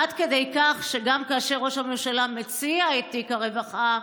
עד כדי כך שגם כאשר ראש הממשלה מציע את תיק הרווחה,